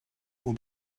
will